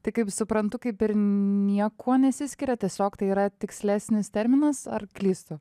tai kaip suprantu kaip ir niekuo nesiskiria tiesiog tai yra tikslesnis terminas ar klystu